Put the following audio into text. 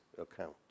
account